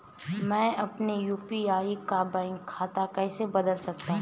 मैं अपने यू.पी.आई का बैंक खाता कैसे बदल सकता हूँ?